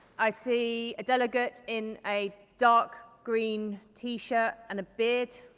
i see delegate in a dark green t-shirt and beard.